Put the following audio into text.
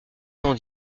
cent